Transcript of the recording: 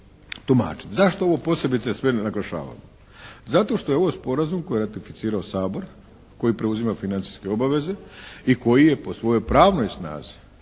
tumačiti. Zašto ovo posebice sve naglašavam? Zato što je ovo sporazum koji je ratificirao Sabor koji preuzima financijske obaveze i koji je po svojoj pravnoj snazi